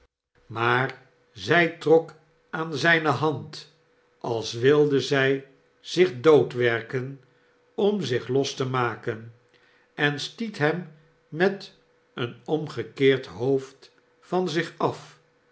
maar zij trok aan zijne hand als wilde i zich doodwerken om zich los te maken en stiet hem met een omgekeerd hoofd van zich af